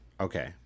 okay